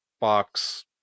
box